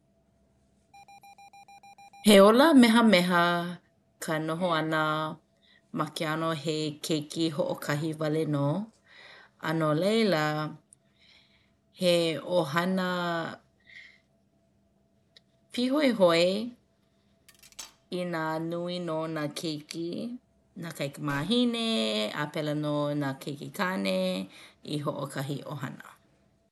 He ola mehameha ka noho ʻana ma ke ʻano he keiki hoʻokahi wale nō a no laila he ʻohana pīhoihoi inā nui nō nā keiki nā kaikamahine a pēlā nō nā keikikāne i hoʻokahi ʻohana.